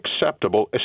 acceptable